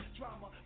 Drama